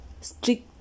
strict